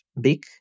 big